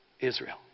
Israel